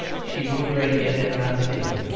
she would break in and not steal.